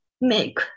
make